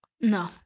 No